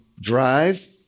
drive